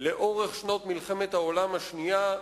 לאורך שנות מלחמת העולם השנייה,